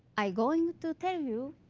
i'm going to tell you